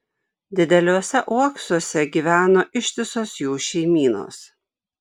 dideliuose uoksuose gyveno ištisos jų šeimynos